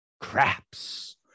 Craps